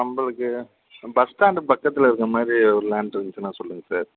நம்பளுக்கு பஸ்ஸ்டாண்டு பக்கத்தில் இருக்க மாதிரி ஒரு லேண்டு இருந்துச்சுனா சொல்லுங்கள் சார்